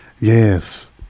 yes